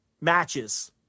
matches